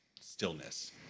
stillness